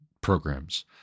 programs